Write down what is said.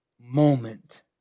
moment